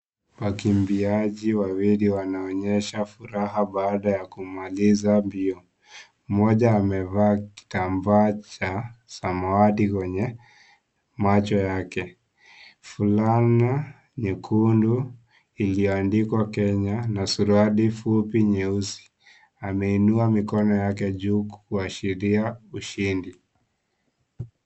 Wakimbiaji wawili wanaonyesha furaha baada ya kumaliza mbio. Mmoja amevaa amevaa kitamba cha samawati kwenye macho yake, fulana nyekundu iliyoandikwa Kenya na suruali fupi nyeusi. Ameinua mikono yake juu kuashiria ushindi.